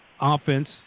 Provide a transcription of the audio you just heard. offense